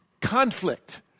conflict